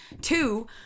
Two